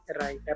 Right